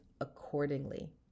accordingly